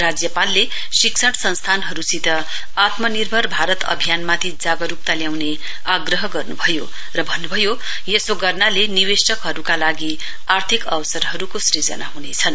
राज्यपालले शिक्षण संस्थानहरुसित आत्मनिर्भर भारत अभियानमाथि जागरुकता ल्याउने आग्रह गर्नुभयो र भन्नुभयो यसो गर्नाले निवेशकहरुका लागि आर्थिक अवसरहरुको सृजना हुनेछन्